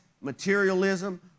materialism